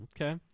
Okay